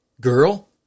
Girl